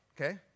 Okay